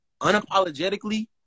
unapologetically